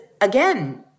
again